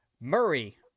Murray